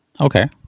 Okay